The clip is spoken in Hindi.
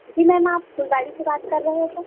जी मैम आप फुलवाड़ी से बात कर रहे हो क्या